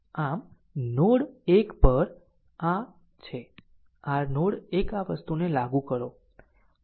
આમ નોડ 1 પર આ છે r નોડ 1 આ વસ્તુને લાગુ કરો